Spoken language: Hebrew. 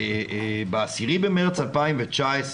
ב-10 במרץ 2019,